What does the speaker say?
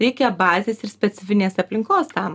reikia bazės ir specifinės aplinkos tam